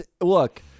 Look